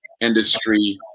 industry